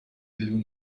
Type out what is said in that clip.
living